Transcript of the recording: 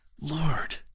Lord